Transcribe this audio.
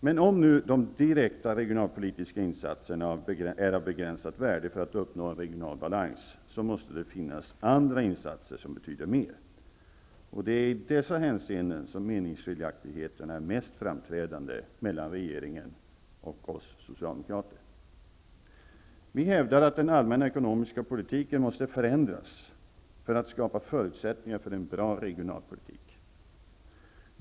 Men om nu de direkta regionalpolitiska insatserna är av begränsat värde för att man skall kunna uppnå regional balans, måste det finnas andra insatser som betyder mer, och det är i dessa hänseenden som meningsskiljaktigheterna är mest framträdande mellan regeringen och oss socialdemokrater. Vi hävdar att den allmänna ekonomiska politiken måste ändras för att det skall kunna skapas förutsättningar för en bra regionalpolitik.